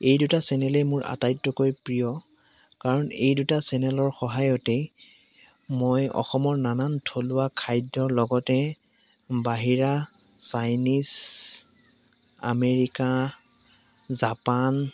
এই দুটা চেনেলেই মোৰ আটাইতকৈ প্ৰিয় কাৰণ এই দুটা চেনেলৰ সহায়তেই মই অসমৰ নানান থলুৱা খাদ্যৰ লগতে বাহিৰা চাইনিজ আমেৰিকা জাপান